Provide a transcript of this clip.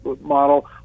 model